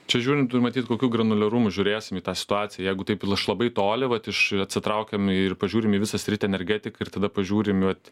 čia žiūrint ir matyt kokiu granuliorumu žiūrėsim į tą situaciją jeigu taip iš labai toli vat iš atsitraukiame ir pažiūrim į visą sritį energetiką ir tada pažiūrim vat